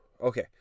Okay